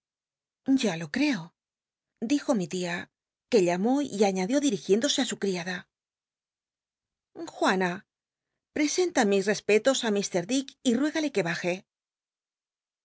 ya lo creo dijo mi tia que llamó y aíiadió dirigiéndose i su criada juana presenta mis respetos l ir dick y tuégale que baje